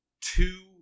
two